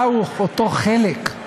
מהו אותו חלק,